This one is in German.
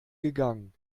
gegangen